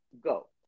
Go